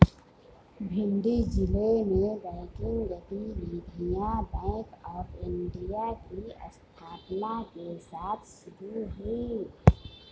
भिंड जिले में बैंकिंग गतिविधियां बैंक ऑफ़ इंडिया की स्थापना के साथ शुरू हुई